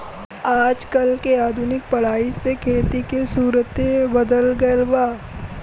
आजकल के आधुनिक पढ़ाई से खेती के सुउरते बदल गएल ह